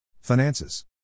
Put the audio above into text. Finances